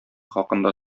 хакында